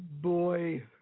boy